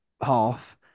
half